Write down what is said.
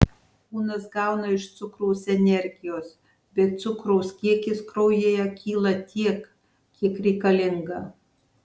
kūnas gauna iš cukraus energijos bet cukraus kiekis kraujyje kyla tiek kiek reikalinga